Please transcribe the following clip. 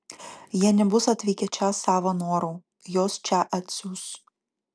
jie nebus atvykę čia savo noru juos čia atsiųs